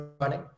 running